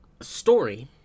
story